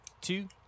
two